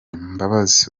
mbabazi